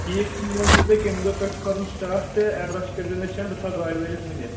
ٹھیٖک ؤنۍزیٚو تُہۍ کَمہِ دۄہ پؠٹھ چھُ کَرُن سِٹاٹ تہٕ ایٚڈرَس کٔرۍزیٚو مےٚ سینٛڈ بہٕ تھاوٕ گاڑِ وٲلِس ؤنِتھ